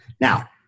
Now